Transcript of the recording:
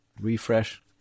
refresh